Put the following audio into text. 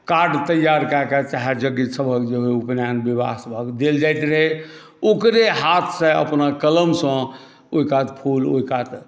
card तैयार कए कऽ चाहे यज्ञसभक उपनयन विवाहसभक देल जाइत रहै ओकरे हाथसँ अपना कलमसँ ओहि कात फूल ओहि कात